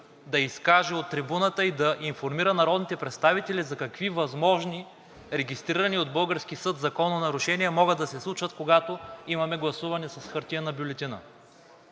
да изкаже от трибуната и да информира народните представители какви възможни, регистрирани от български съд закононарушения могат да се случат, когато имаме гласуване с хартиена бюлетина.